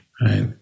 Right